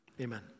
Amen